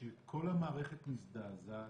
שכל המערכת מזדעזעת.